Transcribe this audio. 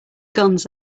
guns